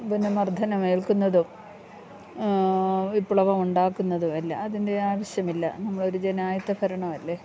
പിന്നെ മർദ്ധനം ഏൽക്കുന്നതും വിപ്ലവം ഉണ്ടാക്കുന്നതും അല്ല അതിൻ്റെ ആവശ്യമില്ല നമ്മൾ ഒരു ജനാധിപത്യ ഭരണമല്ലേ